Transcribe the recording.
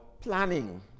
planning